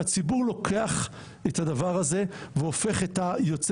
שהציבור לוקח את הדבר הזה והופך את היוצא